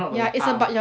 ya it's about your